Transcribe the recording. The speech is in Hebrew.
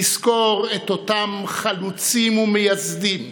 נזכור את אותם חלוצים ומייסדים,